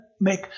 make